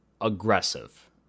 aggressive